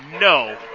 no